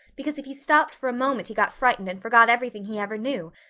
because if he stopped for a moment he got frightened and forgot everything he ever knew,